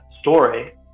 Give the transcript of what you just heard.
story